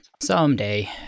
Someday